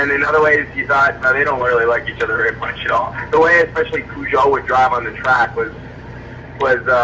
and and other ways, you thought, oh they don't really like each other very much at all. the way, especially, peugeot would drive on the track was was